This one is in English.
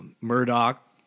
Murdoch